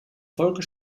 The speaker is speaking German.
folge